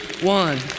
one